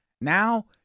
Now